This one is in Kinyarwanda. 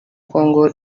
congo